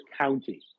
county